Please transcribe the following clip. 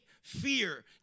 fear